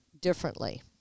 differently